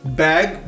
bag